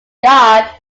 guard